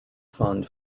fund